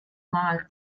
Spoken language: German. mal